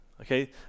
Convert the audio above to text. okay